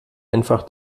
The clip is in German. einfach